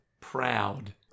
Proud